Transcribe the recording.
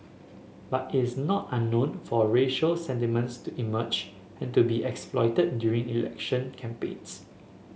but is not unknown for racial sentiments to emerge and to be exploited during election campaigns